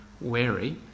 wary